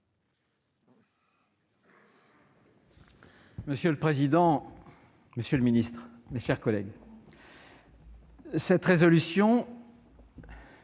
Monsieur le président, monsieur le secrétaire d'État, mes chers collègues, cette résolution